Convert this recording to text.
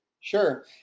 sure